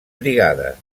brigades